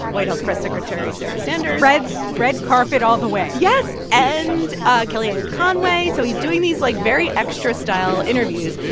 white house press secretary sarah sanders. red red carpet all the way yes. and ah kellyanne conway so he's doing these, like, very extra style interviews.